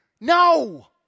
No